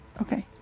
Okay